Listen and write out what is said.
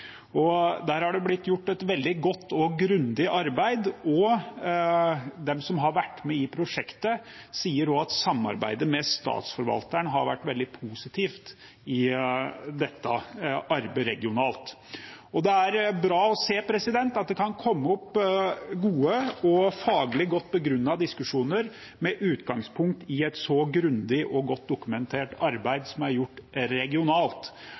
Der har det blitt gjort et veldig godt og grundig arbeid. De som har vært med i prosjektet, sier også at samarbeidet med statsforvalteren har vært veldig positivt i dette arbeidet regionalt. Det er bra å se at det kan komme opp gode og faglig godt begrunnede diskusjoner med utgangspunkt i et så grundig og godt dokumentert arbeid som er gjort regionalt.